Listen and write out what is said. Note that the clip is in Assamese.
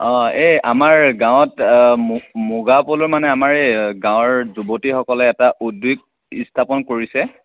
অ' এই আমাৰ গাঁৱত মুগা পলু মানে আমাৰ এই গাঁৱৰ যুৱতীসকলে এটা উদ্যোগ স্থাপন কৰিছে